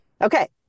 okay